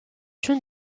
une